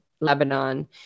Lebanon